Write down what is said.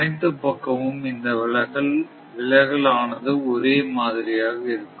அனைத்து பக்கமும் இந்த விலகல் deviation0 ஆனது ஒரே மாதிரியாக இருக்கும்